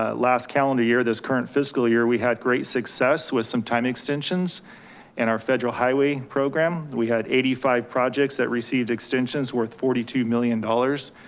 ah last calendar year, this current fiscal year, we had great success with some time extensions in our federal highway program. we had eighty five projects that received extensions worth forty two million dollars.